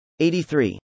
83